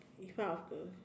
in front of the